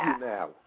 now